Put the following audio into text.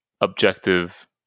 objective